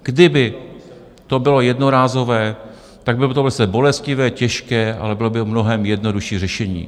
Kdyby to bylo jednorázové, tak by to bylo sice bolestivé, těžké, ale bylo by to mnohem jednodušší řešení.